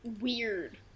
weird